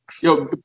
Yo